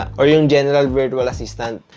or yeah general virtual assistant.